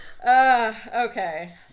Okay